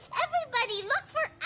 everybody, look for